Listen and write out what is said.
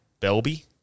Belby